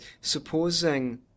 supposing